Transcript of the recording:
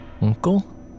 Uncle